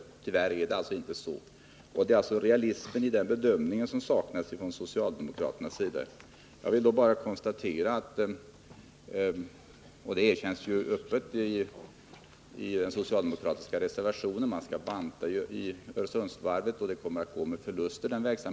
Tyvärr är det inte så. Det är realismen i bedömningarna som saknas från socialdemokraternas sida. Jag vill bara konstatera det som öppet sägs i den socialdemokratiska reservationen, nämligen att trots att man skall banta Öresundsvarvet kommer verksamheten där att gå med förlust.